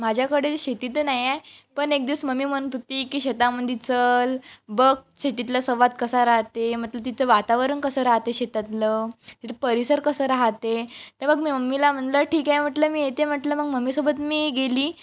माझ्याकडे शेती तर नाही आहे पण एक दिवस मम्मी म्हणत होती की शेतामध्ये चल बघ शेतीतला संवाद कसा राहते मतलब तिथं वातावरण कसं राहते शेतातलं तिथं परिसर कसं राहते ते मग मी मम्मीला म्हटलं ठीक आहे म्हटलं मी येते म्हटलं मग मम्मीसोबत मी गेली